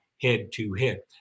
head-to-head